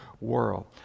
world